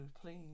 please